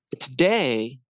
Today